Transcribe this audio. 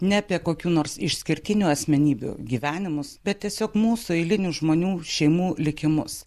ne apie kokių nors išskirtinių asmenybių gyvenimus bet tiesiog mūsų eilinių žmonių šeimų likimus